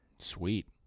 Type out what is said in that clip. Sweet